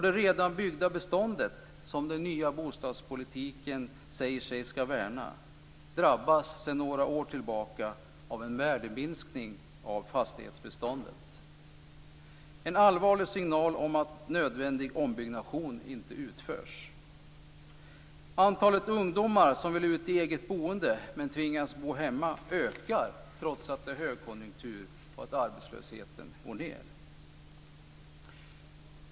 Det redan byggda beståndet, som den nya bostadspolitiken säger sig skall värna, har sedan några år tillbaka drabbats av en värdeminskning. Det är en allvarlig signal om att nödvändig ombyggnation inte har utförts. Antalet ungdomar som vill ut i eget boende men tvingas att bo hemma ökar, trots att det är högkonjunktur och att arbetslösheten går ned.